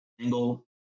angle